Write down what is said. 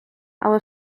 але